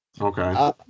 Okay